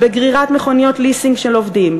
בגרירת מכוניות ליסינג של עובדים,